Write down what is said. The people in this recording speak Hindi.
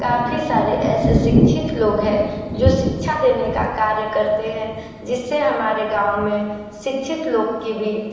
काफ़ी सारे ऐसे शिक्षित लोग है जो शिक्षा देने का कार्य करते हैं जिससे हमारे गाँव में शिक्षित लोग की भी